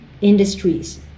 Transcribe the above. industries